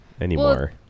anymore